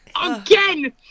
again